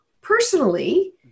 personally